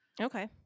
okay